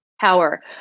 power